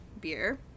beer